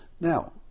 Now